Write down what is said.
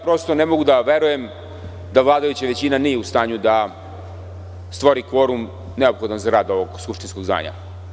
Prosto ne mogu da verujem da vladajuća većina nije u stanju da stvori kvorum neophodan za rad ovog skupštinskog zdanja.